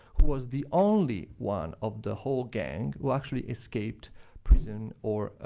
who was the only one of the whole gang who actually escaped prison or